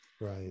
Right